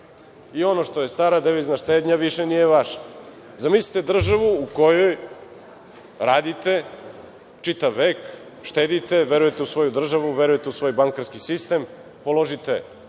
Ono što je stara devizna štednja više nije vaše. Zamislite državu u kojoj radite čitav vek, štedite, verujete u svoju državu, verujete u svoj bankarski sistem, položite